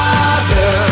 Father